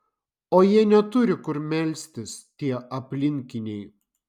o jie neturi kur melstis tie aplinkiniai